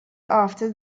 after